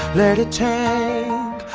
let it tank,